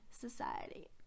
society